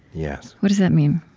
yeah what does that mean?